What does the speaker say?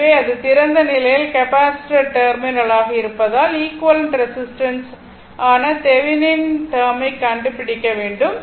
எனவே இது திறந்த நிலையில் கெப்பாசிட்டர் டெர்மினல் ஆக இருப்பதால் ஈக்விவலெண்ட் ரேசிஸ்டன்ஸ் ஆன தெவெனின் டேர்ம் ஐ கண்டுபிடிக்க வேண்டும்